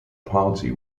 party